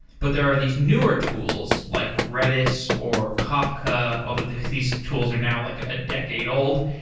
but there are these newer tools, like redis, or kafka, although these tools are now like a decade old.